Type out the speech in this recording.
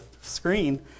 screen